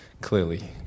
clearly